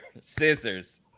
scissors